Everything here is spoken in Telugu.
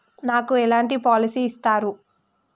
నాకు ఎలాంటి పాలసీ ఇస్తారు?